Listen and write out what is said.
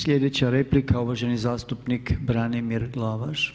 Slijedeća replika uvaženi zastupnik Branimir Glavaš.